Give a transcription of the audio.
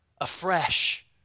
afresh